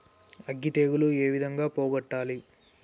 అగ్గి తెగులు ఏ విధంగా పోగొట్టాలి?